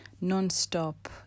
Non-stop